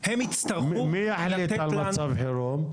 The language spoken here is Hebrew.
מי יחליט על מצב חירום?